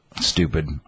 Stupid